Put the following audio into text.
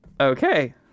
Okay